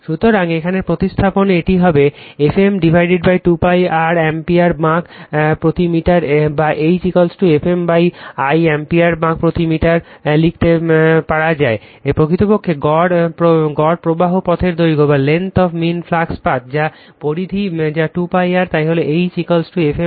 সুতরাং এখানে প্রতিস্থাপন এটি হবে Fm 2 π R অ্যাম্পিয়ার বাঁক প্রতি মিটার বা H Fm l অ্যাম্পিয়ার বাঁক প্রতি মিটার লিখতে পারে যে l প্রকৃতপক্ষে গড় প্রবাহ পথের দৈর্ঘ্য যা সেই পরিধি যা 2 π R